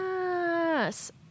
yes